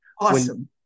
awesome